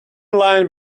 line